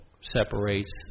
separates